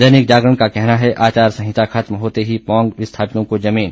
दैनिक जागरण का कहना है आचार संहिता खत्म होते ही पौंग विस्थापितों को जमीन